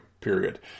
Period